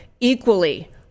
equally